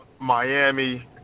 Miami